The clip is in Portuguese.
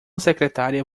secretária